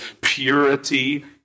purity